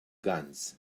guns